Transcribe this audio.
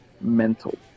mental